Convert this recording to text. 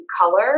color